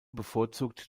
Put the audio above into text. bevorzugt